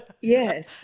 Yes